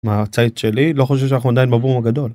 מהצד שלי לא חושב שאנחנו עדיין בבום הגדול.